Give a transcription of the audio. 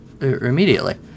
immediately